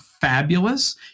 fabulous